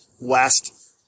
west